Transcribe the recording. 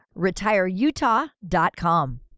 RetireUtah.com